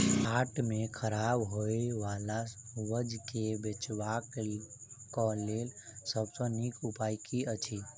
हाट मे खराब होय बला उपज केँ बेचबाक क लेल सबसँ नीक उपाय की अछि?